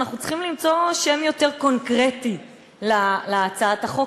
אנחנו צריכים למצוא שם יותר קונקרטי להצעת החוק